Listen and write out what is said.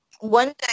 one